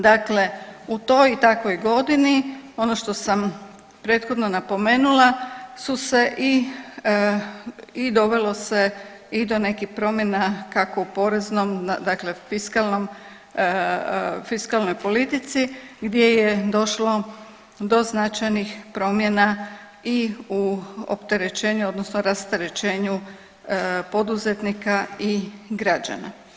Dakle, u toj takvoj godini, ono što sam prethodno napomenula su se i dovelo se i do nekih promjena, kako u poreznom, dakle u fiskalnoj politici, gdje je došlo do značajnih promjena i u opterećenju odnosno rasterećenju poduzetnika i građana.